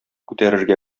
күтәрергә